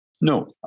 No